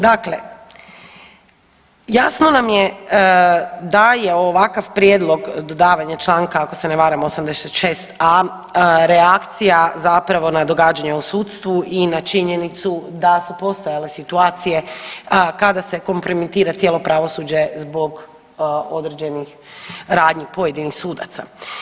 Dakle, jasno nam je da je ovakav prijedlog dodavanja članka ako se ne varam 86.a. reakcija zapravo na događanje u sudstvu i na činjenicu da su postojale situacije kada se kompromitira cijelo pravosuđe zbog određenih radnji pojedinih sudaca.